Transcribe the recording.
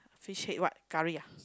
fish head what curry ah